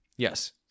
Yes